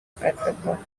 patrick